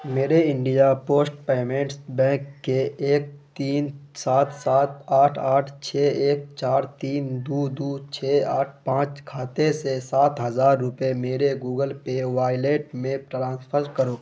میرے India post payments bank کے ایک تین سات سات آٹھ آٹھ چھ ایک چار تین دو دو چھ آٹھ پانچ خاتے سے سات ہزار روپے میرے گوگل پے وائلیٹ میں ٹرانسفز کرو